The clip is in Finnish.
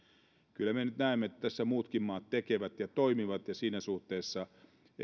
kyllä me nyt näemme että tässä muutkin maat tekevät ja toimivat ja siinä suhteessa